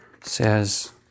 says